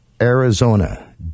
Arizona